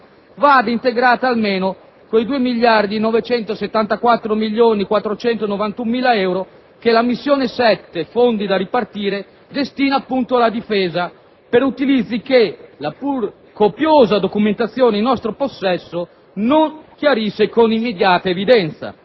vada integrata almeno con i 2.974.491.000 euro che la missione 33 (Fondi da ripartire) destina appunto alla Difesa per utilizzi che la pur copiosa documentazione in nostro possesso non chiarisce con immediata evidenza